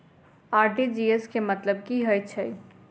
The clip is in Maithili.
आर.टी.जी.एस केँ मतलब की हएत छै?